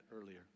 earlier